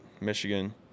Michigan